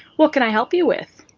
what can i help you with?